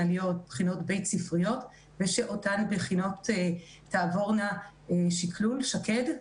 להיות בחינות בית-ספריות ושאותן בחינות תעבורנה שקלול שק"ד.